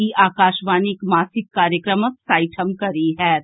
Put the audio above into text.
ई आकाशवाणीक मासिक कार्यक्रमक साठिम कड़ी होएत